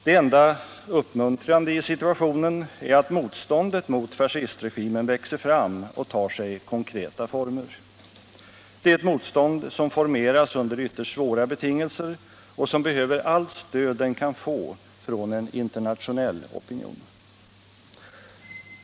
Det enda uppmuntrande i situationen är att motståndet mot fascistregimen växer fram och tar sig konkreta former. Det är ett motstånd som formeras under ytterst svåra betingelser och som behöver allt stöd det kan få från en internationell opinion.